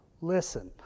listen